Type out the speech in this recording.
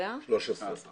עומדת האבטלה בימים כתיקונם?